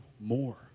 more